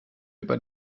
über